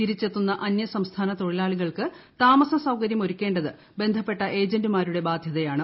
തിരിച്ചെത്തുന്ന അന്യസംസ്ഥാനതൊഴിലാളികൾക്ക് താമസസൌകര്യം ഒരുക്കേണ്ടത് ബന്ധപ്പെട്ട ഏജന്റുമാരുടെ ബാധ്യതയാണ്